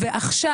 ועכשיו,